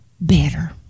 better